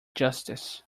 justice